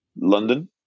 London